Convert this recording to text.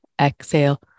Exhale